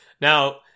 Now